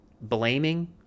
blaming